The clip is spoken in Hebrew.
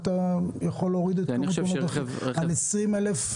ארבעה על 20 אלף?